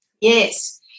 Yes